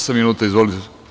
Osam minuta, izvolite.